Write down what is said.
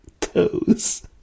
Toes